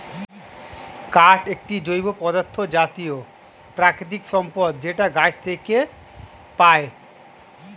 কাঠ একটি জৈব পদার্থ জাতীয় প্রাকৃতিক সম্পদ যেটা গাছ থেকে পায়